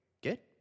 get